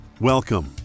Welcome